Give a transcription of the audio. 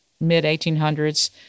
mid-1800s